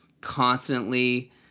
constantly